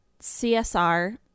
CSR